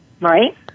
right